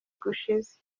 gushize